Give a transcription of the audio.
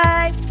Bye